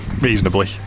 reasonably